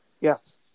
yes